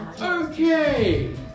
Okay